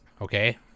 Okay